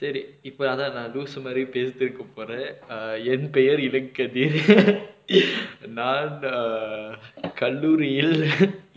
சரி இப்ப அதா நா லூசு மாரி பேசிட்டு இருக்க போற:sari ippa atha naa loosu maari pesittu irukka pora err என் பெயர்:en peyar ilakkan நான்:naan err கல்லூரியில்